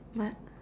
what